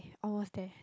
almost there